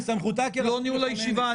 לא ניהול הישיבה.